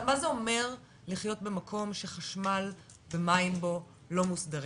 מה זה אומר לחיות במקום שחשמל ומים בו לא מוסדרים?